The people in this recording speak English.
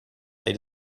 they